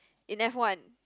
in f-one